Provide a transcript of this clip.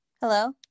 Hello